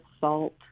salt